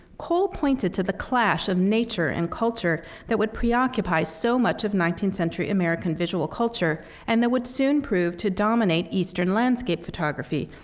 cole pointed to the clash of nature and culture that would preoccupy so much of nineteenth century american visual culture and that would soon prove to dominate eastern landscape photography,